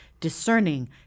discerning